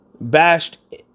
bashed